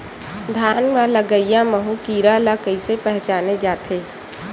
धान म लगईया माहु कीरा ल कइसे पहचाने जाथे?